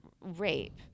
rape